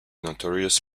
notorious